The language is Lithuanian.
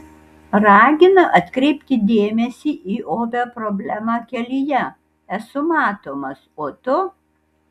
ragina atkreipti dėmesį į opią problemą kelyje esu matomas o tu